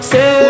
Say